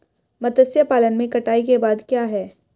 मत्स्य पालन में कटाई के बाद क्या है?